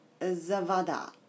Zavada